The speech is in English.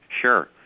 Sure